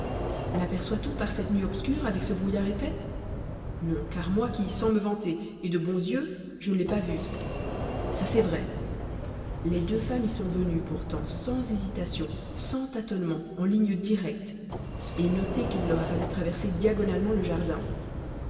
laperçoit on par cette nuit obscure avec ce brouillard épais non car moi qui sans me vanter ai de bons yeux je ne l'ai pas vue ça c'est vrai les deux femmes y sont venues pourtant sans hésitation sans tâtonnements en ligne directe et notez qu'il leur a fallu traverser diagonalement le jardin